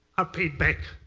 are paid back